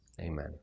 Amen